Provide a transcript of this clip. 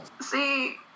See